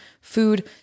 food